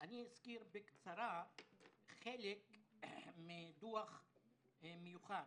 אזכיר בקצרה חלק מדוח מיוחד,